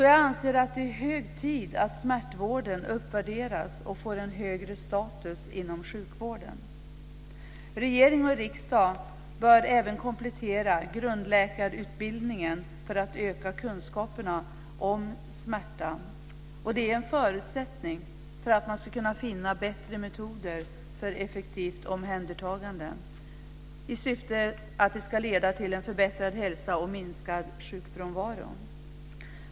Jag anser att det är hög tid att smärtvården uppvärderas och får en högre status inom sjukvården. Regering och riksdag bör även se till att läkarutbildningen på grundnivå kompletteras för att öka kunskaperna om smärta. Det är en förutsättning för att finna bättre metoder för effektivt omhändertagande, i syfte att det ska leda till förbättrad hälsa och minskad sjukfrånvaro.